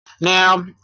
Now